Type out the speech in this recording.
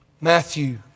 Matthew